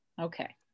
Okay